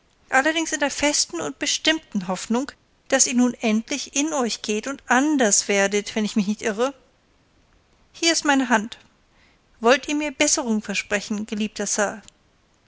allerdings in der festen und bestimmten hoffnung daß ihr nun endlich in euch geht und anders werdet wenn ich mich nicht irre hier ist meine hand wollt ihr mir besserung versprechen geliebter sir